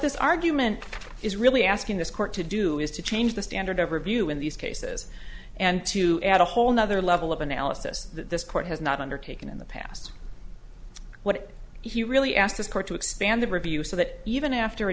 this argument is really asking this court to do is to change the standard overview in these cases and to add a whole nother level of analysis that this court has not undertaken in the past what he really asked this court to expand the review so that even after a